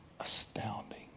astounding